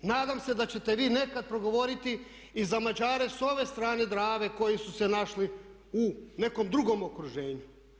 Nadam se da ćete vi nekad progovoriti i za Mađare s ove strane Drave koji su se našli u nekom drugom okruženju.